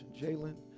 Jalen